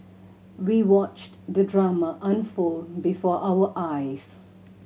we watched the drama unfold before our eyes